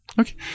Okay